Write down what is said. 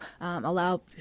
allow